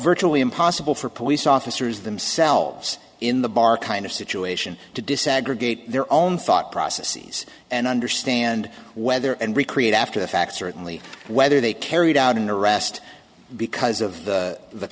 virtually impossible for police officers themselves in the bar kind of situation to desegregate their own thought processes and understand whether and recreate after the fact certainly whether they carried out an arrest because of the